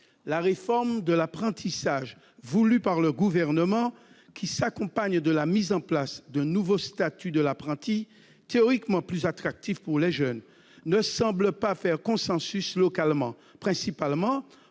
La réforme de l'apprentissage voulue par le Gouvernement, qui s'accompagne de la mise en place d'un nouveau statut de l'apprenti, théoriquement plus attractif pour les jeunes, ne semble pas faire consensus localement, principalement